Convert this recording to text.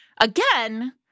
again